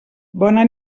bona